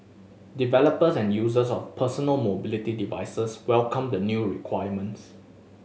developers and users of personal mobility devices welcomed the new requirements